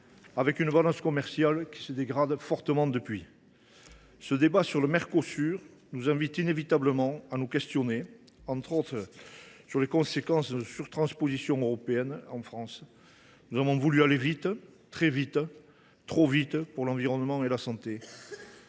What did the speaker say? avec une balance commerciale qui se dégrade fortement depuis. Ce débat sur le Mercosur nous invite inévitablement à nous questionner, sur les conséquences, entre autres, de surtranspositions européennes en France. Nous avons voulu aller vite, très vite, trop vite pour l’environnement et la santé.